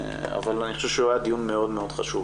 אבל אני חושב שהוא היה דיון מאוד חשוב.